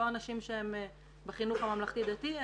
לא אנשים שהם בחינוך הממלכתי דתי,